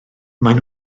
maen